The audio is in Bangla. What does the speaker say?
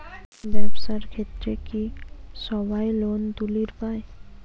ব্যবসার ক্ষেত্রে কি সবায় লোন তুলির পায়?